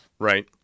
Right